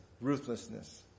ruthlessness